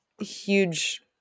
huge